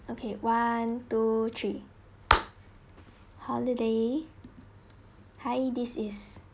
okay one two three holiday hi this is